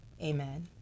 Amen